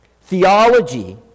Theology